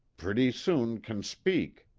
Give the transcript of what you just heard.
pretty soon can speak.